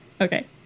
Okay